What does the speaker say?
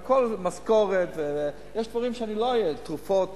זה הכול משכורות, תרופות,